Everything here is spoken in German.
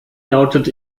lautet